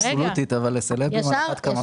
אבסולוטית, אבל לסלב על אחת כמה וכמה.